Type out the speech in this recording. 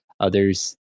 Others